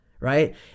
Right